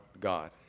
God